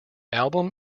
album